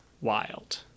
wild